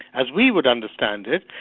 as we would understand it,